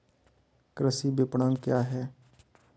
कृषि विपणन क्या है?